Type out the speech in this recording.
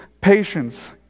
patience